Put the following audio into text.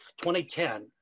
2010